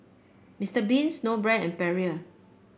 Mister Bean Snowbrand and Perrier